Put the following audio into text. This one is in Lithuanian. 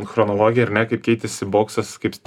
chronologiją ar ne kaip keitėsi boksas kaip